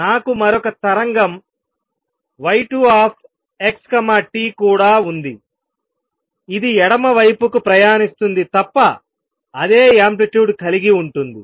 నాకు మరొక తరంగం y2xt కూడా ఉంది ఇది ఎడమ వైపుకు ప్రయాణిస్తుంది తప్ప అదే యాంప్లిట్యూడ్ కలిగి ఉంటుంది